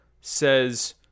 says